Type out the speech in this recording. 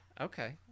Okay